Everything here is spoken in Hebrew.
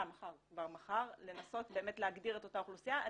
כבר מחר, לנסות להגדיר את אותה אוכלוסייה.